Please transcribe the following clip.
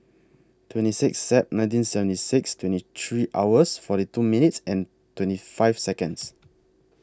twenty Sixth Sep nineteen seventy six twenty three hours forty two minutes and twenty five Seconds